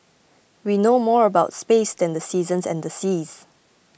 we know more about space than the seasons and the seas